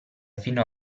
fino